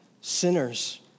sinners